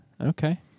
Okay